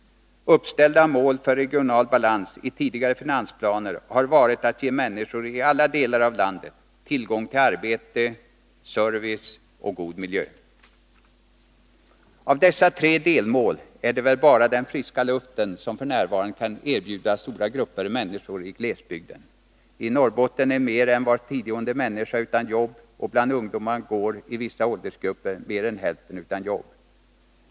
Uppställda mål för regional balans i tidigare finansplaner har varit att ge människor i alla delar av landet tillgång till arbete, service och god miljö. Av dessa tre delmål är det väl bara den friska luften som f. n. kan erbjudas stora grupper människor i glesbygden. I Norrbotten är mer än var tionde människa utan jobb och bland ungdomarna går, i vissa åldersgrupper, mer än hälften utan jobb.